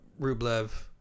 Rublev